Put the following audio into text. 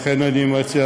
לכן אני מציע,